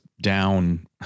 down